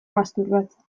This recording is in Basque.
masturbatzen